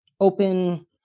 open